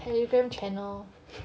telegram channel